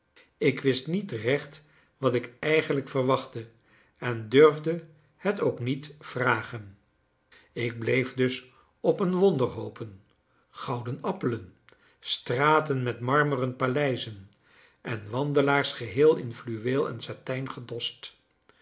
ik wist niet recht wat ik eigenlijk verwachtte en durfde het ook niet vragen ik bleef dus op een wonder hopen gouden appelen straten met marmeren paleizen en wandelaars geheel in fluweel en satijn gedost